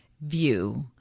view